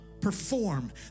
perform